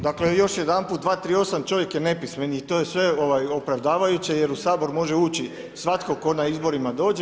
Dakle, još jedanput 238. čovjek je nepismen i to je sve opravdavajuće jer u HS može ući svatko tko na izborima dođe.